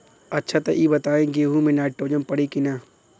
अच्छा त ई बताईं गेहूँ मे नाइट्रोजन पड़ी कि ना?